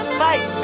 fight